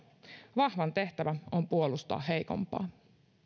vahvan tehtävä on puolustaa heikompaa